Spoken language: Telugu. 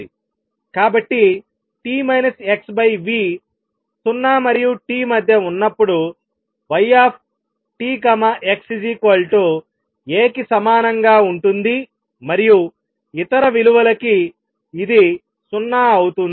కాబట్టిt x v 0 మరియు T మధ్య ఉన్నప్పుడు ytx A కి సమానంగా ఉంటుంది మరియు ఇతర విలువలకి ఇది 0 అవుతుంది